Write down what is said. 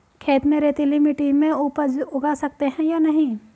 खेत में रेतीली मिटी में उपज उगा सकते हैं या नहीं?